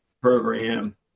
program